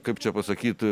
kaip čia pasakyt